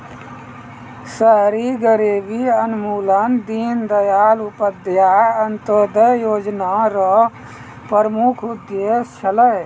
शहरी गरीबी उन्मूलन दीनदयाल उपाध्याय अन्त्योदय योजना र प्रमुख उद्देश्य छलै